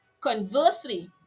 Conversely